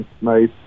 Nice